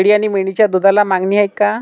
शेळी आणि मेंढीच्या दूधाला मागणी आहे का?